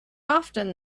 often